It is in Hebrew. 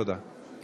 תודה.